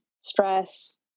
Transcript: stress